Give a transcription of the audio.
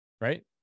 right